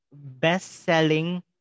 best-selling